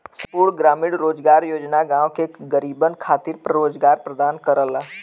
संपूर्ण ग्रामीण रोजगार योजना गांव के गरीबन खातिर रोजगार प्रदान करला